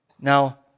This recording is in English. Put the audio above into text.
Now